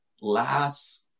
last